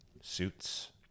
suits